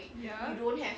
ya